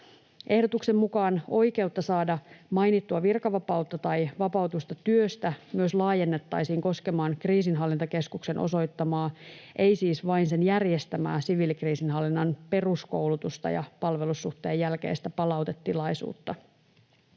Ehdotuksen mukaan oikeutta saada mainittua virkavapautta tai vapautusta työstä myös laajennettaisiin koskemaan Kriisinhallintakeskuksen osoittamaa — ei siis vain sen järjestämää — siviilikriisinhallinnan peruskoulutusta ja palvelussuhteen jälkeistä palautetilaisuutta.